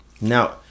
Now